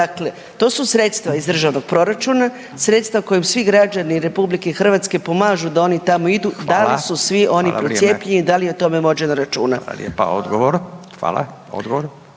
Dakle, to su sredstva iz državnog proračuna, sredstva kojom svi građani RH pomažu da oni tamo idu, da li su svi oni procijepljeni i da li je o tome vođeno računa? **Radin, Furio